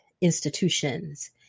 institutions